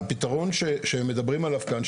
הפתרון שמדברים עליו כאן,